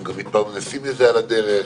הם גם מתפרנסים מזה על הדרך.